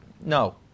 No